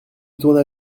tourna